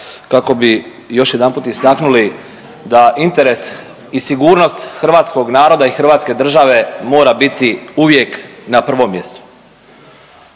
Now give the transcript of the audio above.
kako bi još jedanput istaknuli da interes i sigurnost hrvatskog naroda i hrvatske države mora biti uvijek na prvom mjestu.